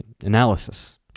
analysis